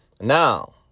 Now